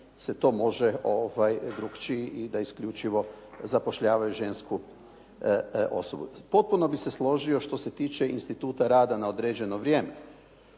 se to može drukčije i da isključivo zapošljavaju žensku osobu. Potpuno bih se složio što se tiče instituta rada na određeno vrijeme,